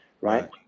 right